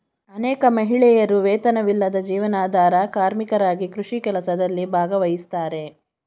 ಅನೇಕ ಮಹಿಳೆಯರು ವೇತನವಿಲ್ಲದ ಜೀವನಾಧಾರ ಕಾರ್ಮಿಕರಾಗಿ ಕೃಷಿ ಕೆಲಸದಲ್ಲಿ ಭಾಗವಹಿಸ್ತಾರೆ